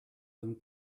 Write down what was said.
them